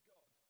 God